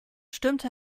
stürmte